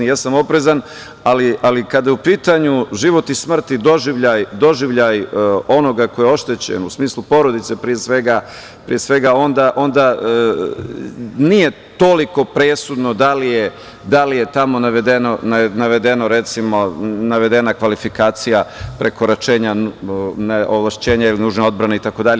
Oprezan sam, ali kada je u pitanju život i smrt i doživljaj onoga ko je oštećen u smislu porodice pre svega, onda nije toliko presudno da li je tamo navedena kvalifikacija prekoračenja ovlašćenja ili nužne odbrane itd.